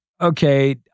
okay